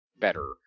better